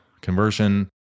conversion